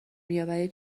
بیاوری